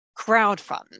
crowdfund